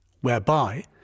whereby